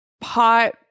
Pot